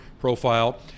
profile